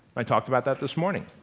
i talked about that this morning.